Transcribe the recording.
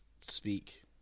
speak